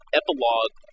epilogue